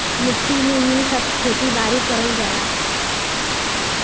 मट्टी में ही सब खेती बारी करल जाला